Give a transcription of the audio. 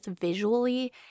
visually